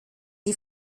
die